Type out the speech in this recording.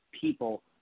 people